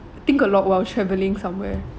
think a lot while travelling somewhere